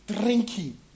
drinking